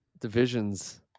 division's